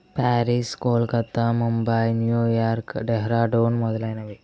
Paris Kolkata Mumbai New York Dehradun మొదలైనవి